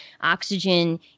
oxygen